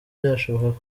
byashoboka